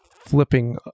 flipping